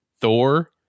Thor